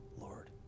Lord